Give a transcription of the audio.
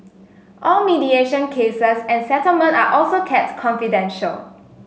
all mediation cases and settlement are also kept confidential